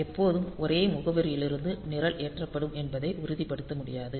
எப்போதும் ஒரே முகவரியிலிருந்து நிரல் ஏற்றப்படும் என்பதை உறுதிப்படுத்த முடியாது